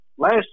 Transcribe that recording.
Last